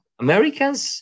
Americans